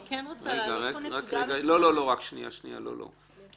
אני רוצה להסב את תשומת הלב שלמרות שלכאורה אין כאן יתרון מבחינת המהות,